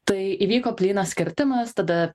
tai įvyko plynas kirtimas tada